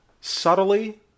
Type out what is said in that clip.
subtly